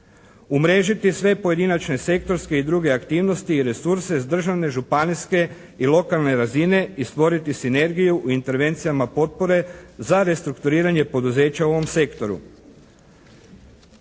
Umrežiti sve pojedinačne sektorske i druge aktivnosti i resurse s državne, županijske i lokalne sredine i stvoriti sinergiju u intervencijama potpore za restrukturiranje poduzeća u ovom sektoru.